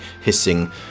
hissing